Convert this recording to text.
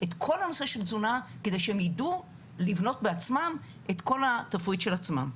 את נושא התזונה כדי שהם ידעו לבנת בעצמם את התפריט של עצמם.